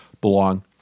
belong